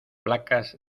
placas